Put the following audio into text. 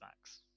max